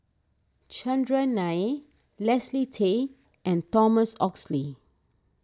Chandran Nair Leslie Tay and Thomas Oxley